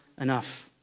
enough